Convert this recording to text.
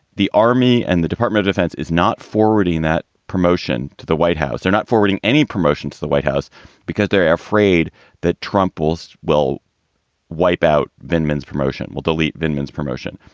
the army and the department of defense is not forwarding that promotion to the white house. they're not forwarding any promotion to the white house because they're afraid that trump also will wipe out benjamin's promotion. we'll delete lindemans promotion.